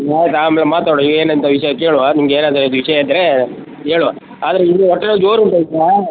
ಆಯ್ತು ಆಮೇಲೆ ಮಾತಾಡುವ ಏನಂತ ವಿಷಯ ಕೇಳುವ ನಿಮ್ಗೆನಾದರೂ ವಿಷಯ ಇದ್ದರೆ ಹೇಳುವ ಆದರೆ ಇದು ಹೊಟ್ಟೆ ನೋವು ಜೋರು ಉಂಟಾ ಈಗ